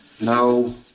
No